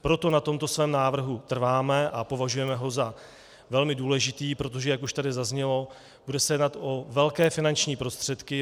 Proto na tomto svém návrhu trváme a považujeme ho za velmi důležitý, protože, jak už tady zaznělo, bude se jednat o velké finanční prostředky.